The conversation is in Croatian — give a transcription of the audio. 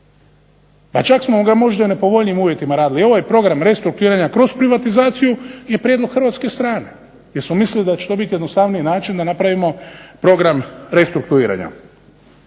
pa čak smo ga možda i u nepovoljnijim uvjetima radili. I ovaj program restrukturiranja kroz privatizaciju je prijedlog hrvatske strane jer smo mislili da će to biti jednostavni način da napravimo program restrukturiranja.